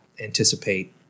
anticipate